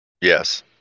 yes